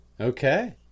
Okay